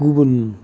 गुबुन